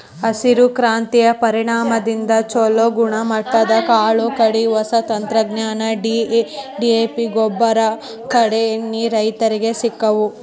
ಹಸಿರು ಕ್ರಾಂತಿಯ ಪರಿಣಾಮದಿಂದ ಚುಲೋ ಗುಣಮಟ್ಟದ ಕಾಳು ಕಡಿ, ಹೊಸ ತಂತ್ರಜ್ಞಾನ, ಡಿ.ಎ.ಪಿಗೊಬ್ಬರ, ಕೇಡೇಎಣ್ಣಿ ರೈತರಿಗೆ ಸಿಕ್ಕವು